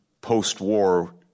post-war